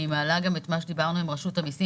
אני מעלה גם את מה שדיברנו עם רשות המסים